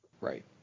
Right